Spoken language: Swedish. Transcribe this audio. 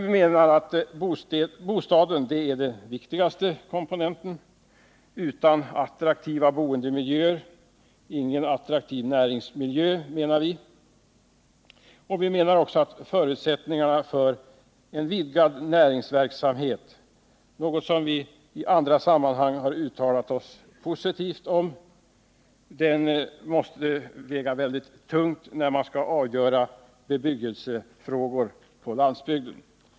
Vi menar att bostaden är den viktigaste komponenten — utan attraktiva boendemiljöer ingen attraktiv näringsmiljö. Vi anser också att förutsättningarna för en vidgad näringsverksamhet, något som vi i andra sammanhang har uttalat oss positivt om, måste väga tungt när man skall avgöra bebyggelsefrågor på landsbygden.